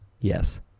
Yes